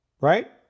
right